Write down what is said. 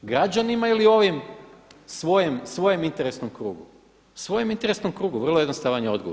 Građanima ili ovim svojem interesnom krugu, svojem interesnom krugu, vrlo jednostavan je odgovor.